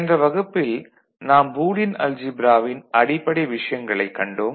சென்ற வகுப்பில் நாம் பூலியன் அல்ஜீப்ராவின் அடிப்படை விஷயங்களைக் கண்டோம்